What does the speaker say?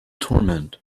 torment